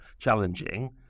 challenging